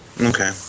Okay